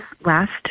last